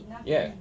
yeah